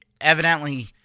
evidently